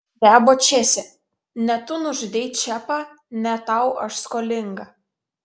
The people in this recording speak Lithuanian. nustebo česė ne tu nužudei čepą ne tau aš skolinga